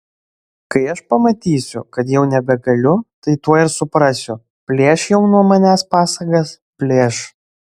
kai aš pamatysiu kad jau nebegaliu tai tuoj ir suprasiu plėš jau nuo manęs pasagas plėš